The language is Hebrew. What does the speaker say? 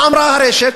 מה אמרה הרשת?